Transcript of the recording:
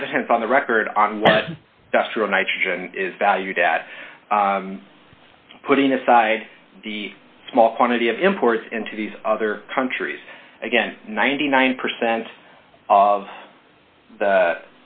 evidence on the record on what dr nitrogen is valued at putting aside the small quantity of imports into these other countries again ninety nine percent of